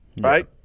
Right